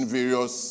various